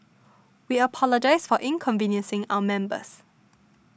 we apologise for inconveniencing our members